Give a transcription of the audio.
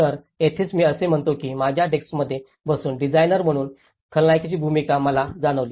तर येथेच मी असे म्हणतो की माझ्या डेस्कमध्ये बसून डिझाइनर म्हणून खलनायकाची भूमिका मला जाणवली